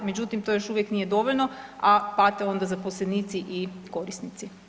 Međutim, to još uvijek nije dovoljno, a pate onda zaposlenici i korisnici.